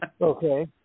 Okay